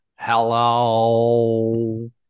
hello